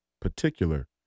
particular